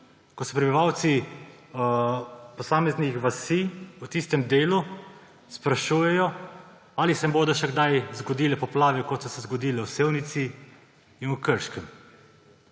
ko se prebivalci posameznih vasi v tistem delu sprašujejo, ali se bodo še kdaj zgodile poplave, kot so se zgodile v Sevnici in v Krškem.